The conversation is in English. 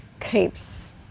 keeps